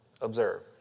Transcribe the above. Observe